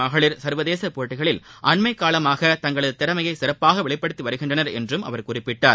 மகளிர் சர்வேதச போட்டிகளில் அண்மைக்காலமாக தங்களது திறமையை சிறப்பாக இந்திய வெளிப்படுத்தி வருகின்றனர் என்றும் அவர் குறிப்பிட்டார்